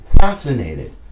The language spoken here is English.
fascinated